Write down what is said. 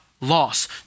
loss